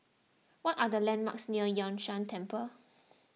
what are the landmarks near Yun Shan Temple